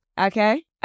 Okay